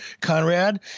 Conrad